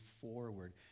forward